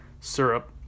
syrup